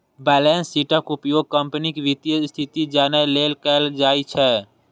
balance शीटक उपयोग कंपनीक वित्तीय स्थिति जानै लेल कैल जाइ छै